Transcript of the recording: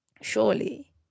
Surely